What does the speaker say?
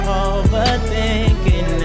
overthinking